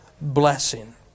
blessing